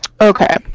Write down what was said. Okay